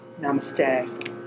Namaste